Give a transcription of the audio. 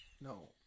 no